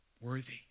worthy